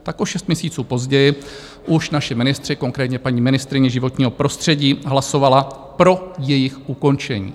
O šest měsíců později už naši ministři, konkrétně paní ministryně životního prostředí, hlasovala pro jejich ukončení.